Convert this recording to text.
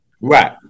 Right